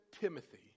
Timothy